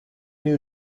new